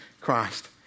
Christ